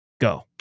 Go